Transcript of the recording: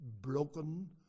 broken